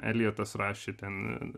eliotas rašė ten